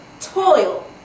toil